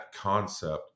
concept